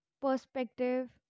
perspective